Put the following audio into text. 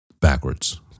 Backwards